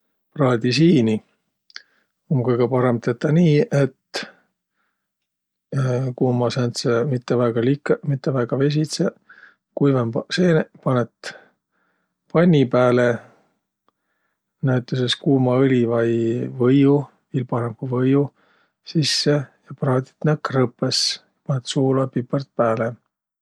Praadisiini um kõgõ parõmb tetäq nii, et ku ummaq sääntseq mitte väega likõq, mitte väega vesidseq, kuivõmbaq seeneq, panõt panni pääle näütüses kuuma õli vai võiu, viil parõmb, ku võiu, sisse ja praadit nä krõpõs, panõt suula ja pipõrd pääle.